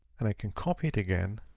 and i can copy it again.